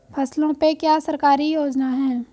फसलों पे क्या सरकारी योजना है?